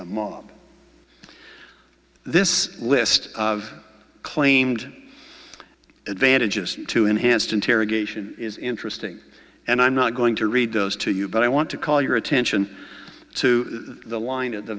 this list of claimed advantages to enhanced interrogation is interesting and i'm not going to read those to you but i want to call your attention to the line at the